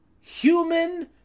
human